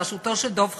בראשותו של דב חנין,